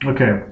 Okay